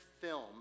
film